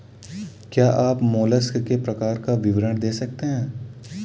क्या आप मोलस्क के प्रकार का विवरण दे सकते हैं?